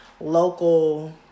local